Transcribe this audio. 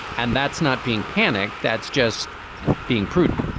and that's not being panic. that's just being prudent